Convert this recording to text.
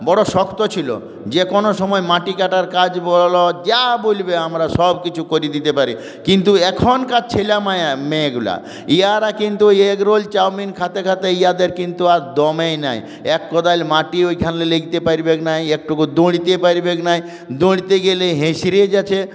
বড় শক্ত ছিল যে কোনো সময় মাটি কাটার কাজ বল যা বলবে আমরা সব কিছু করে দিতে পারি কিন্তু এখনকার ছেলেমেয়ে মেয়েগুলো এরা কিন্তু এগরোল চাউমিন খেতে খেতে এদের কিন্তু আর দমই নেই এক কোদাল মাটি ওইখানে লইতে পারবেক না একটুও দাঁড়াতে পারবেক না দাঁড়াতে গেলে হেঁচড়ে গিয়েছে